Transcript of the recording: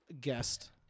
guest